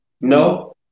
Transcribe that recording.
No